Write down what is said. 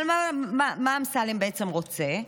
אבל מה אמסלם בעצם רוצה?